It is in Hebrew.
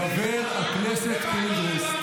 חבר הכנסת פינדרוס,